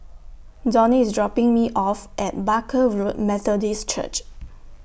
Donnie IS dropping Me off At Barker Road Methodist Church